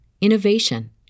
innovation